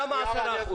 למה 10%?